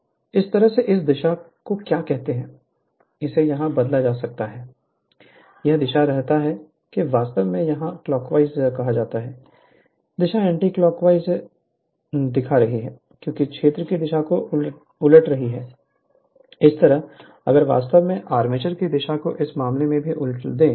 Refer Slide Time 1510 इस तरह से इस दिशा को क्या कहते हैं इसे यहां बदला जा सकता है यह दिखा रहा है कि वास्तव में यहां क्लॉकवाइज कहा जाता है दिशा एंटीक्लॉकवाइज दिखा रही है क्योंकि क्षेत्र की दिशा को उलट रही है इसी तरह अगर वास्तव में आर्मेचर की दिशा को इस मामले में भी उलट दें